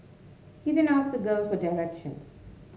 he then ask the girl for directions